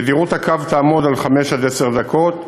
תדירות הקו תהיה חמש עד עשר דקות.